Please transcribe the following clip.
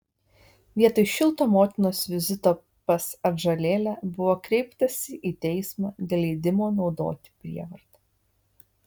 vietoj šilto motinos vizito pas atžalėlę buvo kreiptasi į teismą dėl leidimo naudoti prievartą